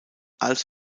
als